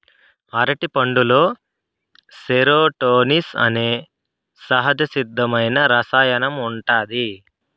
అరటిపండులో సెరోటోనిన్ అనే సహజసిద్ధమైన రసాయనం ఉంటాది